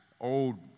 Old